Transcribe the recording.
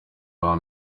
aho